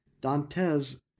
Dantes